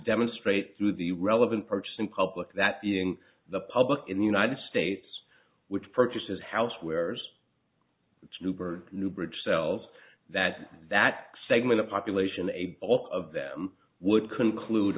demonstrate through the relevant parts in public that being the public in the united states which purchases housewares which newburgh new bridge sells that that segment of population a all of them would conclude